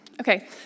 Okay